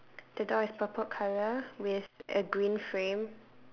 the door is purple colour with a green frame